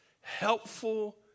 helpful